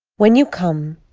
when you come,